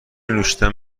نوشیدن